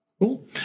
Cool